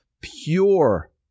Pure